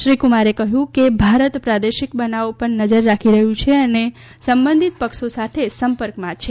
શ્રી કુમારે કહ્યું કે ભારત પ્રાદેશિક બનાવો પર નજર રાખી રહ્યું છે અને સંબંધિત પક્ષો સાથે સંપર્કમાં છે